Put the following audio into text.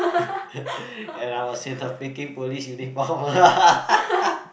and I was in the freaking police uniform